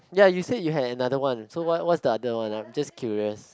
ya you said you had another one so what what's the another one I am just curious